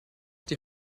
die